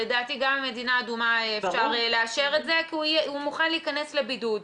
לדעתי גם ממדינה אדומה אפשר לאשר את זה כי הוא מוכן להיכנס לבידוד,